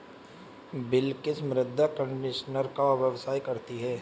बिलकिश मृदा कंडीशनर का व्यवसाय करती है